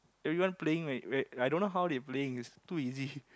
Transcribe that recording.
everyone playing whe~ whe~ I don't know how they playing is too easy already